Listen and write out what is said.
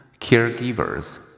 caregivers